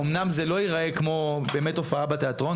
אמנם זה לא ייראה באמת כמו הופעה בתיאטרון,